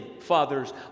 fathers